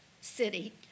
city